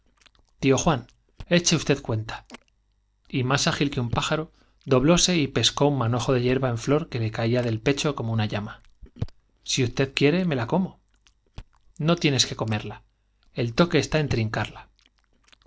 juan eche usted cuenta y más ágil que un pájaro doblóse y pescó un manojo de hierba en flor que le caía del pecho como una llama si usted quiere me ia como no tienes que comerla el toque está en trincarla